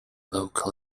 local